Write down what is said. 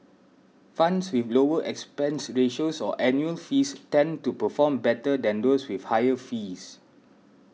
funds with lower expense ratios or annual fees tend to perform better than those with higher fees